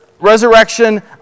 resurrection